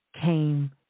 came